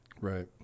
Right